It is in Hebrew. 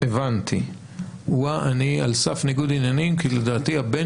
אני על סף ניגוד עניינים כי לדעתי הבן